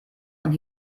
und